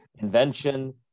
invention